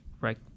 right